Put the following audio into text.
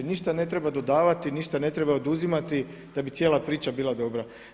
Ništa ne treba dodavati, ništa ne treba oduzimati da bi cijela priča bila dobra.